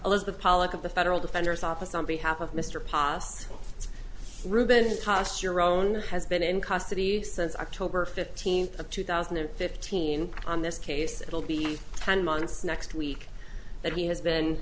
the pollock of the federal defender's office on behalf of mr pos reuben has tossed your own has been in custody since october fifteenth of two thousand and fifteen on this case it will be ten months next week that he has been